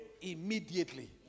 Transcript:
Immediately